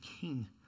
King